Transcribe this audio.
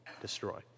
destroy